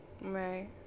Right